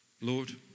Lord